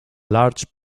large